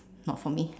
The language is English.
not for me